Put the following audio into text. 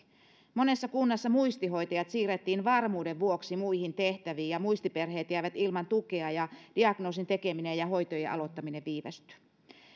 monessa kunnassa muistihoitajat siirrettiin varmuuden vuoksi muihin tehtäviin ja muistiperheet jäivät ilman tukea jolloin diagnoosin tekeminen ja hoitojen aloittaminen viivästyivät